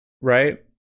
right